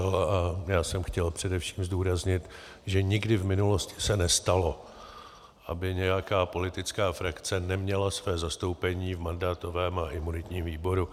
A já jsem chtěl především zdůraznit, že nikdy v minulosti se nestalo, aby nějaká politická frakce neměla své zastoupení v mandátovém a imunitním výboru.